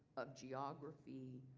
of geography,